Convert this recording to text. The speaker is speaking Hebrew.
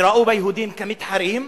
וראו ביהודים מתחרים,